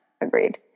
Agreed